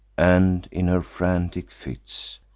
and, in her frantic fits,